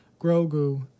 Grogu